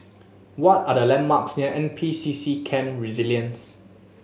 what are the landmarks near N P C C Camp Resilience